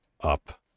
up